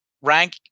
rank